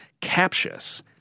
captious